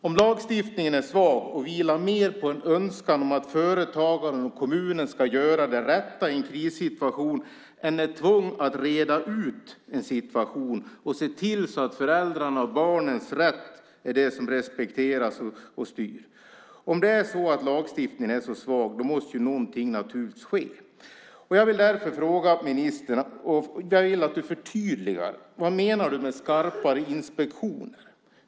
Är lagstiftningen svag och mer vilar på en önskan om att företagare och kommun ska göra det rätta i en krissituation än ett tvång att reda ut en situation och se till att föräldrarnas och barnens rätt är det som respekteras måste något naturligtvis ske. Jag vill därför be ministern att förtydliga vad du menar med skarpare inspektion.